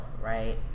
right